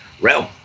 realm